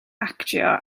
actio